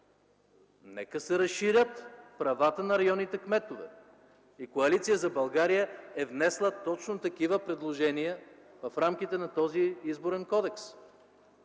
да се разширят правата на районните кметове. Коалиция за България е внесла точно такива предложения в рамките на този Изборен кодекс,